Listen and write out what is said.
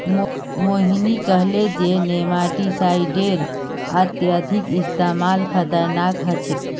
मोहिनी कहले जे नेमाटीसाइडेर अत्यधिक इस्तमाल खतरनाक ह छेक